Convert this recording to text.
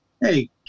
Hey